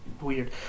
weird